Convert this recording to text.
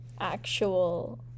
actual